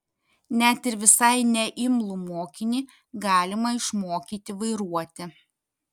net ir visai neimlų mokinį galima išmokyti vairuoti